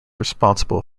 responsible